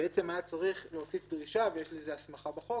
בעצם היה צריך להוסיף דרישה, ויש לזה הסמכה בחוק,